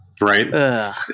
Right